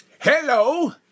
hello